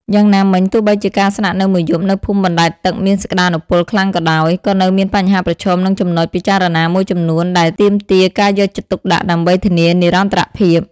យ៉ាងណាមិញ ទោះបីជាការស្នាក់នៅមួយយប់នៅភូមិបណ្ដែតទឹកមានសក្ដានុពលខ្លាំងក៏ដោយ ក៏នៅមានបញ្ហាប្រឈមនិងចំណុចពិចារណាមួយចំនួនដែរដែលទាមទារការយកចិត្តទុកដាក់ដើម្បីធានានិរន្តរភាព។